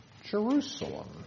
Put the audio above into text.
Jerusalem